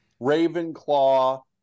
Ravenclaw